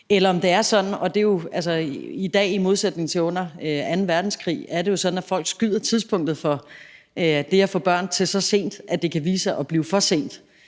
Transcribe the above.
eller om det er sådan i dag – i modsætning til under anden verdenskrig – at folk udskyder tidspunktet for det at få børn til så sent, at det kan vise sig at blive for sent.